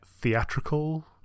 theatrical